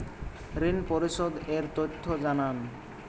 ঋন পরিশোধ এর তথ্য জানান